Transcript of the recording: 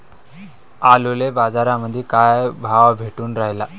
आलूले बाजारामंदी काय भाव भेटून रायला?